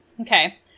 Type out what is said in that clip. Okay